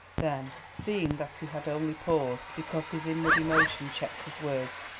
then, seeing that he had only paused because his inward emotion checked his words,